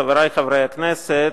חברי חברי הכנסת,